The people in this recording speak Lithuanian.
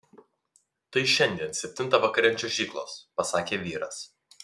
tai šiandien septintą vakare ant čiuožyklos pasakė vyras